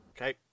Okay